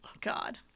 God